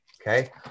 okay